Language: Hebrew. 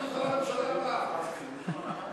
סעיפים 1 25 נתקבלו.